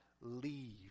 leave